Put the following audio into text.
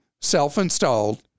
self-installed